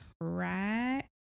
right